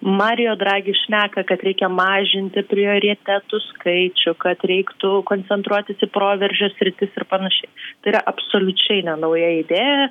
mario dragis šneka kad reikia mažinti prioritetų skaičių kad reiktų koncentruotis į proveržio sritis ir panašiai tai yra absoliučiai ne nauja idėja